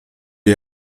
die